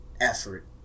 effort